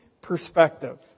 perspective